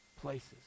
places